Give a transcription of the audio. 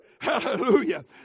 Hallelujah